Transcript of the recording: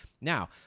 Now